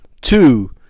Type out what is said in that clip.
Two